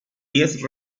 diez